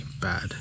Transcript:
bad